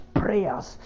prayers